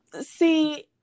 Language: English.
See